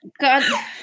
god